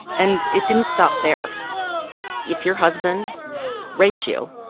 and it didn't stop there if your husband raped you,